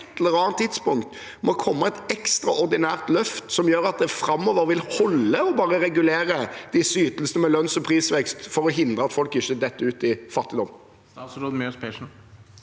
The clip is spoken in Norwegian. må komme et ekstraordinært løft som gjør at det framover vil holde bare å regulere disse ytelsene med lønns- og prisvekst for å hindre at folk ikke detter ut i fattigdom. Statsråd Marte